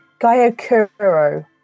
Gaiokuro